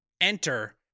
Enter